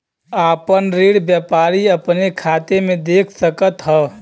आपन ऋण व्यापारी अपने खाते मे देख सकत हौ